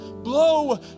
Blow